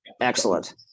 Excellent